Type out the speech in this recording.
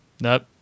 Nope